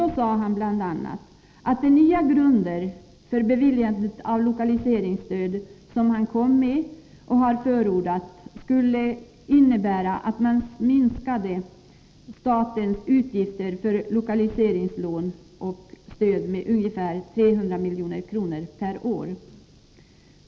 Då sade han bl.a. att de nya grunder för beviljande av lokaliseringsstöd som han föreslog och förordade skulle innebära att man minskade statens utgifter för lokaliseringslån och stöd med ungefär 300 milj.kr. per år.